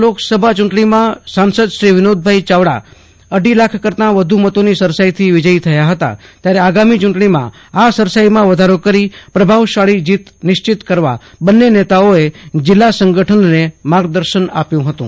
ગત લોકસભામાં ચૂંટણીમાં સાંસદ શ્રી વિનોદ ચાવડા અઢી લાખ કરતા વધુ મતોની સરસાઈથી વિજયી થયા હતા ત્યારે આગામી ચૂંટણીમાં આ સરસાઈમાં વધારો કરી પ્રભાવશાળી જીત નિશ્ચિત કરવા બન્ને નેતાઓએ જિલ્લા સંગઠનને માર્ગદર્શન આપ્યું હતું